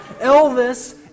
Elvis